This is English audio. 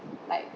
like